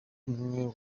umwe